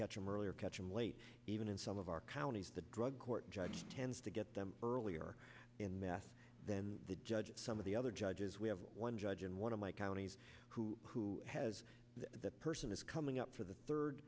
catch him earlier catch him late even in some of our counties the drug court judge tends to get them earlier in math then the judges some of the other judges we have one judge in one of my counties who has that person is coming up for the third